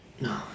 No